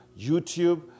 YouTube